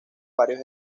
varios